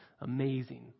amazing